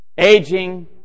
Aging